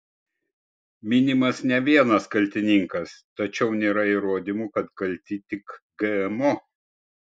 minimas ne vienas kaltininkas tačiau nėra įrodymų kad kalti tik gmo